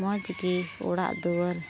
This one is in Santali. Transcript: ᱢᱚᱡᱽ ᱜᱮ ᱚᱲᱟᱜ ᱫᱩᱣᱟᱹᱨ